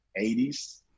80s